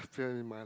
fear in my